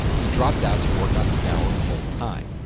he dropped out to work on scour full time.